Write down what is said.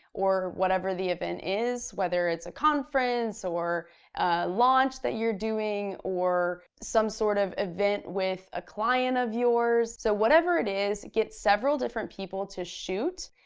or whatever the event is, whether it's a conference or a launch that you're doing, or some sort of event with a client of yours. so whatever it is, get several different people to shoot,